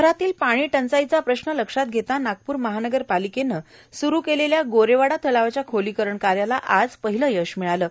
शहरातील पाणी टंचाईचा प्रश्न लक्षात घेता नागपूर महानगरपालिकेने सुरू केलेल्या गोरेवाडा तलावाच्या खोलीकरण कार्याला आज पहिले यश मिळाले आहे